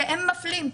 שהם מפלים.